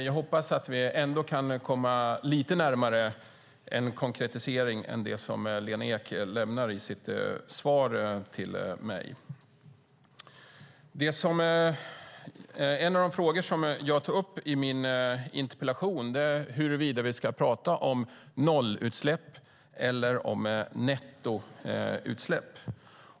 Jag hoppas att vi ändå kan komma lite närmare en konkretisering än den som Lena Ek lämnar i sitt svar till mig. En av de frågor som jag tog upp i min interpellation gäller huruvida vi ska tala om nollutsläpp eller om nettoutsläpp.